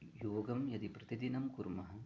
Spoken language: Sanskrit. योगं यदि प्रतिदिनं कुर्मः